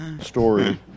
Story